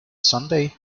sunday